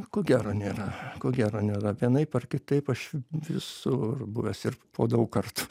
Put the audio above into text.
ko gero nėra ko gero nėra vienaip ar kitaip aš visur buvęs ir po daug kartų